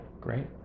Great